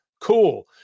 cool